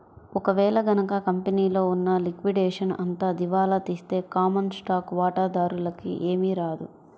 ఒక వేళ గనక కంపెనీలో ఉన్న లిక్విడేషన్ అంతా దివాలా తీస్తే కామన్ స్టాక్ వాటాదారులకి ఏమీ రాదు